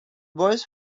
boys